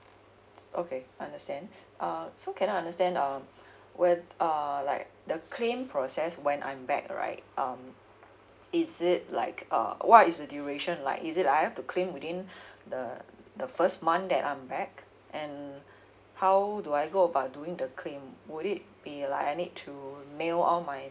okay understand uh so can I understand um where uh like the claim process when I'm back right um is it like uh what is the duration like is it I've to claim within the the first month that I'm back and how do I go about doing the claim would it be like I need to mail all my